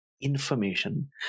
information